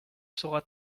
sera